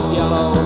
yellow